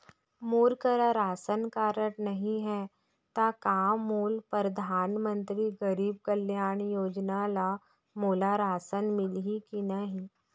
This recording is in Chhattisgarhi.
मोर करा राशन कारड नहीं है त का मोल परधानमंतरी गरीब कल्याण योजना ल मोला राशन मिलही कि नहीं?